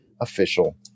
official